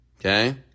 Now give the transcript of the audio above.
Okay